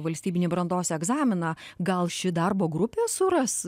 valstybinį brandos egzaminą gal ši darbo grupė suras